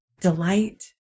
delight